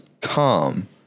calm